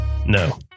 No